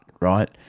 right